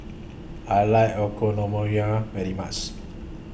I like Okonomiyaki very much